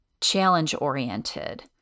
challenge-oriented